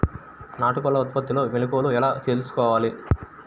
నాటుకోళ్ల ఉత్పత్తిలో మెలుకువలు ఎలా తెలుసుకోవాలి?